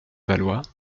valois